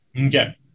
Okay